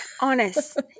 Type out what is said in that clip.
honest